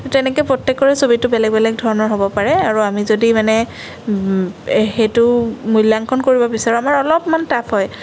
ত' তেনেকে প্ৰত্যেকৰে ছবিটো বেলেগ বেলেগ ধৰণৰ হ'ব পাৰে আৰু আমি যদি মানে সেইটো মূল্যাঙ্কন কৰিব বিচাৰোঁ আমাৰ অলপমান টাফ হয়